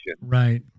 right